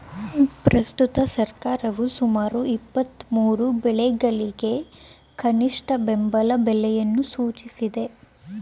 ಪ್ರಸ್ತುತ ಸರ್ಕಾರವು ಸುಮಾರು ಇಪ್ಪತ್ಮೂರು ಬೆಳೆಗಳಿಗೆ ಕನಿಷ್ಠ ಬೆಂಬಲ ಬೆಲೆಯನ್ನು ಸೂಚಿಸಿದೆ